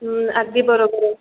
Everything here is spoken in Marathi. हं अगदी बरोबर आहे